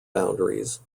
boundaries